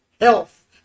Health